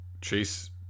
chase